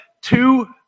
two